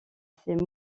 ses